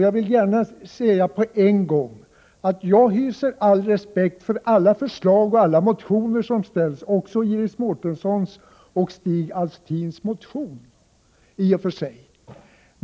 Jag vill samtidigt säga att jag hyser all respekt för samtliga förslag och motioner som väckts, och i och för sig även för Iris Mårtenssons och Stig Alftins motion.